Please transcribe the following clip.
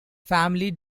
family